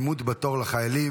גיל פרישה (הורה שילדו נפטר)